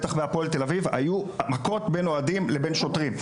בטח בהפועל תל אביב היו מכות בין אוהדים לבין שוטרים.